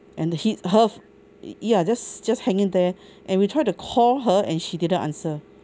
and the he her ya just just hanging there and we try to call her and she didn't answer